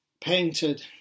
painted